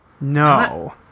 No